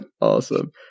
Awesome